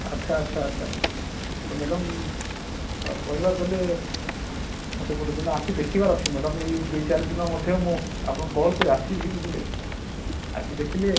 ଆଚ୍ଛା ଆଚ୍ଛା ଆଚ୍ଛା ତ ମ୍ୟାଡ଼ାମ୍ କହିବାକୁ ଗଲେ ମୋତେ ଗୋଟେ ଦିନ ଆସି ଦେଖିବାର ଅଛି ମ୍ୟାଡ଼ାମ୍ ଏଇ ଦୁଇ ଚାରିଦିନ ମଧ୍ୟ ମୁଁ ଆପଣଙ୍କୁ କଲ୍ କରି ଆସିବି ବୁଝିଲେ ଆସି ଦେଖିଲେ